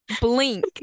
Blink